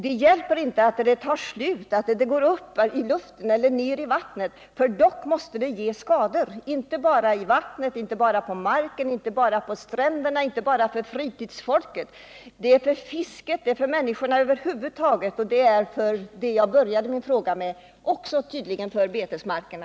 Det hjälper inte att oljan avlägsnas eller ”tar slut” genom att den går upp i luften eller ner i vattnet. Ändock måste den ge skador, inte bara i vattnet, inte bara på marken, inte bara på stränderna och inte bara för fritidsfolket, utan den medför också skador för fisket, för människorna över huvud taget och tydligen också för det som jag började min fråga med, nämligen för betesmarkerna.